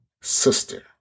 Sister